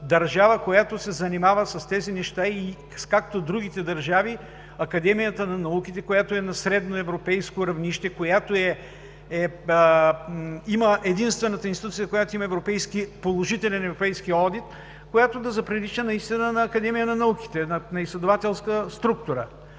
държава, която се занимава с тези неща, както и другите държави. Академията на науките, която е на средноевропейско равнище, единствената институция, която има положителен европейски одит, която да заприлича наистина на Академия на науките, на изследователска структура.